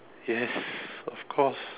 yes of course